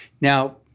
Now